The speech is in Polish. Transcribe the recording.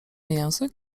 język